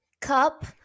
cup